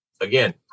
Again